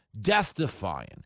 death-defying